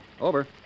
Over